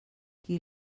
qui